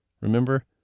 Remember